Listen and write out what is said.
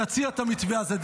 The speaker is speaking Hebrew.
תציע את המתווה הזה.